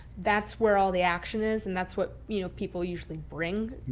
that's where all the action is and that's what you know people usually bring.